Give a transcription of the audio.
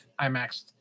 IMAX